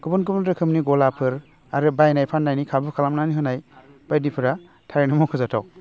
गुबुन गुबुन रोखोमनि गलाफोर आरो बायनाय फाननायनि खाबु खालामनानै होनाय बायदिफोरा थारैनो मखजाथाव